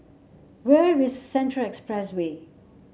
where is Central Expressway